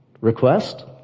request